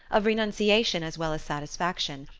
of renunciation as well as satisfaction,